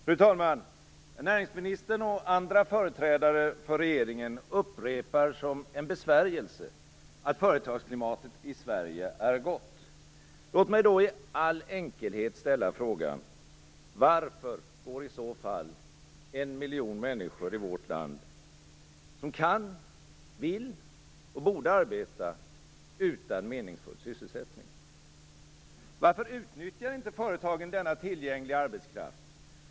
Fru talman! Näringsministern och andra företrädare för regeringen upprepar som en besvärjelse att företagsklimatet i Sverige är gott. Låt mig då i all enkelhet ställa frågan: Varför går i så fall en miljon människor i vårt land, som kan, vill och borde arbeta, utan meningsfull sysselsättning? Varför utnyttjar inte företagen denna tillgängliga arbetskraft?